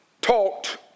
talked